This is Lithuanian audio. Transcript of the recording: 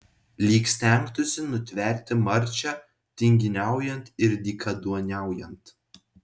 lyg stengtųsi nutverti marčią tinginiaujant ir dykaduoniaujant